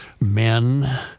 men